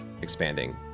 expanding